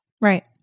Right